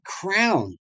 crown